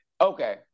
okay